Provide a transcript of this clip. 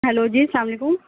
hello جی السّلام علیکم